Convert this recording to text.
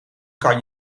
kan